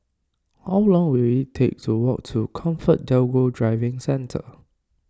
how long will it take to walk to ComfortDelGro Driving Centre